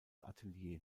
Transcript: atelier